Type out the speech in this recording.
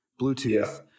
Bluetooth